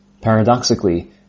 Paradoxically